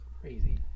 crazy